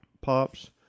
pops